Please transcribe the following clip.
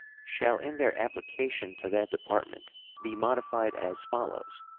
shall in their application to that department be modified as follows,